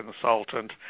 consultant